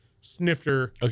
snifter